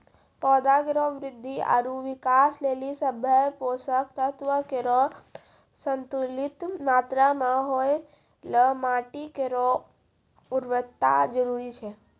पौधा केरो वृद्धि आरु विकास लेलि सभ्भे पोसक तत्व केरो संतुलित मात्रा म होवय ल माटी केरो उर्वरता जरूरी छै